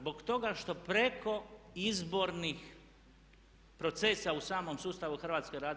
Zbog toga što preko izbornih procesa u samom sustavu HRT-a